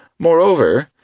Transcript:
moreover,